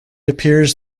appears